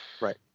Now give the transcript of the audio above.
right